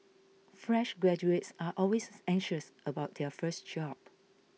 fresh graduates are always anxious about their first job